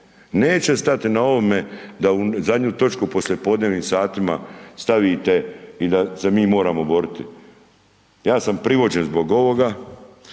Neće stati na ovome da ovu zadnju točku u poslijepodnevnim satima stavite i da se mi moramo boriti. Ja sam privođen zbog ovoga,